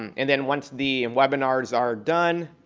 and then, once the and webinars are done,